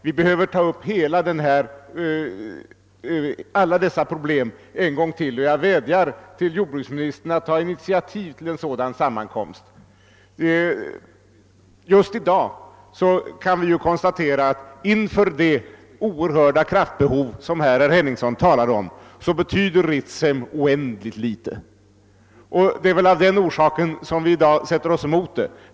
Vi behöver ännu en gång ta upp alla dessa problem till behandling, och jag vädjar till jordbruksministern att ta initiativ till en sådan sammankomst. Inför det oerhörda kraftbehov som herr Henningsson talade om kan vi i dag konstatera att Ritsem betyder oändligt litet. Det är väl av denna orsak vi i dag sätter oss emot projektet.